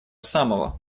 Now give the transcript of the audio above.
самого